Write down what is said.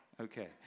Okay